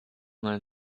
learn